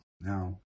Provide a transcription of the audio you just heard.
now